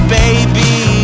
baby